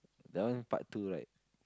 that one part two right